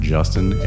Justin